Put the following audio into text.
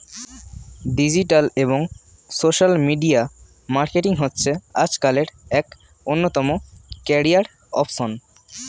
digital এবং social media marketing হচ্ছে আজকালের এক অন্যতম ক্যারিয়ার অপসন